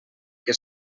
què